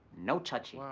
no touchie.